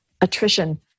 Attrition